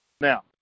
Now